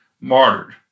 martyred